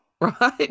right